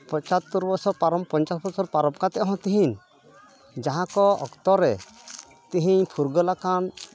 ᱯᱚᱸᱪᱟᱛᱛᱳᱨ ᱵᱚᱪᱷᱚᱨ ᱯᱟᱨᱚᱢ ᱯᱚᱧᱪᱟᱥ ᱵᱚᱪᱷᱚᱨ ᱯᱟᱨᱚᱢ ᱠᱟᱛᱮᱫ ᱦᱚᱸ ᱛᱤᱦᱤᱧ ᱡᱟᱦᱟᱸ ᱠᱚ ᱚᱠᱛᱚ ᱨᱮ ᱛᱤᱦᱤᱧ ᱯᱷᱩᱨᱜᱟᱹᱞᱟᱠᱟᱱ